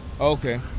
Okay